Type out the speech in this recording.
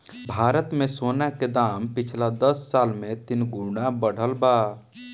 भारत मे सोना के दाम पिछला दस साल मे तीन गुना बढ़ल बा